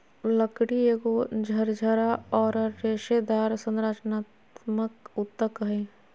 लकड़ी एगो झरझरा औरर रेशेदार संरचनात्मक ऊतक हइ